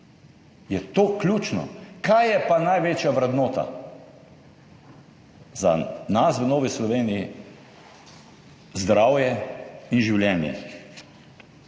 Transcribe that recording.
Je to ključno. Kaj je pa največja vrednota? Za nas v Novi Sloveniji zdravje in življenje.